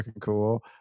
cool